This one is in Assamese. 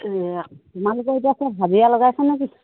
তোমালোকৰ এতিয়া চব হাজিৰা লগাইছা নেকি